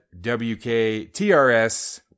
wktrs